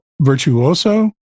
Virtuoso